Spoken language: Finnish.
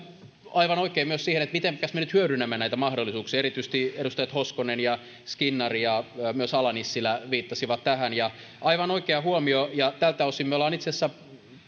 aivan oikein myös siihen että mitenkäs me nyt hyödynnämme näitä mahdollisuuksia erityisesti edustajat hoskonen ja skinnari ja myös ala nissilä viittasivat tähän aivan oikea huomio tältä osin me olemme itse asiassa